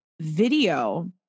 video